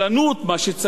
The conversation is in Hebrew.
מה שצריך להיות,